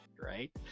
right